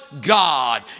God